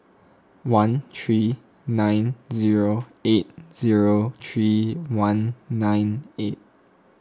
one three nine zero eight zero three one nine eight